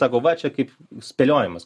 sako va čia kaip spėliojimas